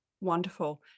Wonderful